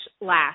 last